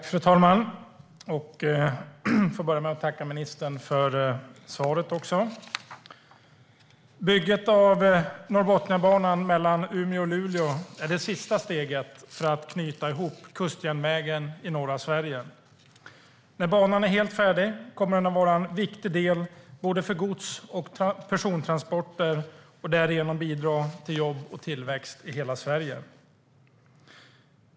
Fru talman! Jag vill börja med att tacka ministern för svaret. Bygget av Norrbotniabanan mellan Umeå och Luleå är det sista steget för att knyta ihop kustjärnvägen i norra Sverige. När banan är helt färdig kommer den att vara en viktig del både för gods och för persontransporter. Därigenom bidrar den till jobb och tillväxt i hela Sverige.